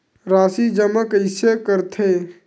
राशि जमा कइसे करथे?